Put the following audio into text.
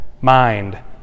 mind